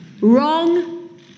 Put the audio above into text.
Wrong